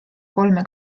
kolme